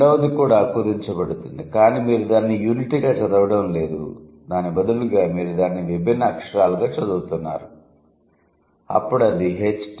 రెండవది కూడా కుదించబడుతోంది కానీ మీరు దానిని యూనిట్గా చదవడం లేదు బదులుగా మీరు దానిని విభిన్న అక్షరాలుగా చదువుతున్నారు అప్పుడు అది హెచ్